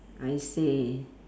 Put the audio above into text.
I see